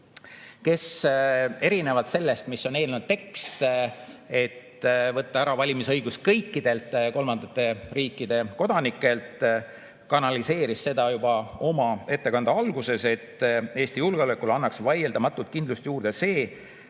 kes erinevalt sellest, mis on eelnõu tekst – võtta ära valimisõigus kõikidelt kolmandate riikide kodanikelt –, kanaliseeris seda juba oma ettekande alguses, et Eesti julgeolekule annaks vaieldamatult kindlust juurde see,